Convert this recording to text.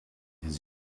his